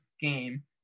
game